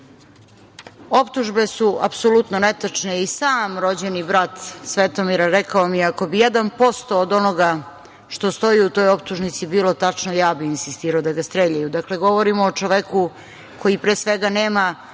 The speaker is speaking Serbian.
Optužbe su apsolutno netačne i sam rođeni brat Svetomira rekao mi je – ako bi 1% od onoga što stoji u toj optužnici bilo tačno ja bih insistirao da ga streljaju. Dakle, govorimo o čoveku koji pre svega nema